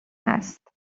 هست